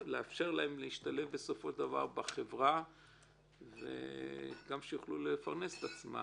ולאפשר להם בסופו של דבר להשתלב בחברה ושיוכלו לפרנס את עצמם.